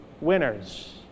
winners